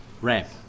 ramp